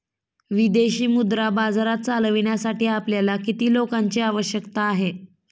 विदेशी मुद्रा बाजार चालविण्यासाठी आपल्याला किती लोकांची आवश्यकता आहे?